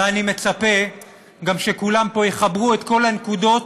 ואני מצפה גם שכולם פה יחברו את כל הנקודות